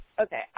okay